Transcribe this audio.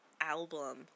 album